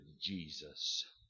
Jesus